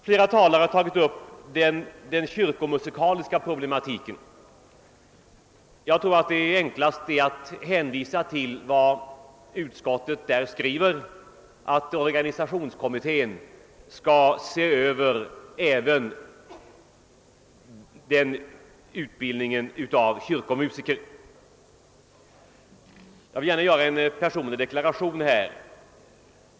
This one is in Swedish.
Flera talare har tagit upp den kyrkomusikaliska problematiken. Jag tror att det är enklast att hänvisa till vad utskottet på denna punkt skriver, nämligen att organisationskommittén skall se över även utbildningen av kyrkomusiker. Jag vill här gärna göra en personlig deklaration.